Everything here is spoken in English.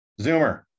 Zoomer